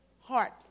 heart